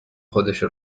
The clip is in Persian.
خودشو